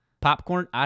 popcorn